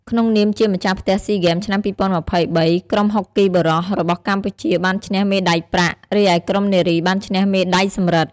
ក្នុងនាមជាម្ចាស់ផ្ទះស៊ីហ្គេម ឆ្នាំ២០២៣ ក្រុមហុកគីបុរសរបស់កម្ពុជាបានឈ្នះ មេដាយប្រាក់ រីឯក្រុមនារីបានឈ្នះ មេដាយសំរឹទ្ធ។